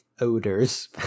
odors